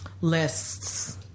Lists